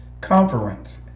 conference